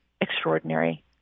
extraordinary